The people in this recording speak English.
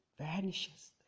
vanishes